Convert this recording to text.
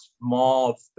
small